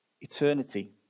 eternity